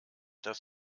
dass